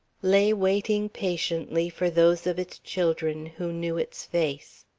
lay waiting patiently for those of its children who knew its face.